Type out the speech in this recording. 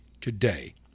today